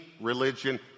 religion